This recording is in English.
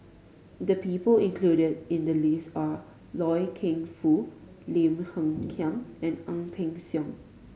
the people included in the list are Loy Keng Foo Lim Hng Kiang and Ang Peng Siong